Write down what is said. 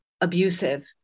abusive